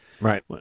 Right